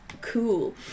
cool